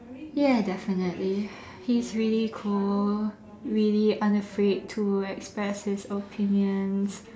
ya definitely he's really cool really unafraid to express his opinions